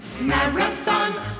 Marathon